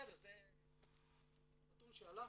בסדר, זה נתון שעלה.